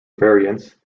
variants